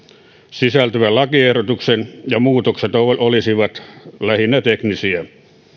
sisältyvän lakiehdotuksen ja muutokset olisivat lähinnä teknisiä